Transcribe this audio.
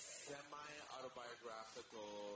semi-autobiographical